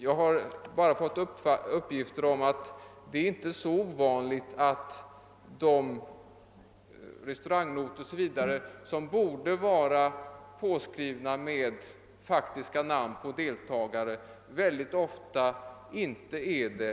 Jag har fått uppgifter om att det inte är så ovanligt att exempelvis restaurangnotor, som borde vara försedda med namn på deltagare, inte är det.